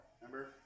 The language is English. Remember